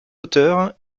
auteurs